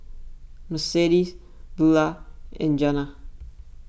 Mercedes Bulah and Jana